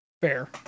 Fair